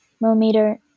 millimeter